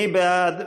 מי בעד?